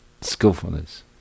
skillfulness